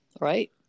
Right